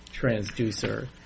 transducer